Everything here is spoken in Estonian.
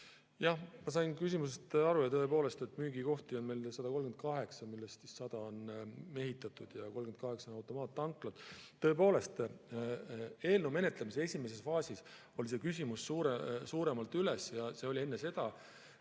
ma sain küsimusest aru. Tõepoolest, müügikohti on meil 138, millest 100 on mehitatud ja 38 on automaattanklad. Eelnõu menetlemise esimeses faasis oli see küsimus suuremalt üleval. See oli enne seda,